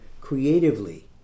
creatively